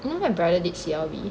you know my brother did C_L_B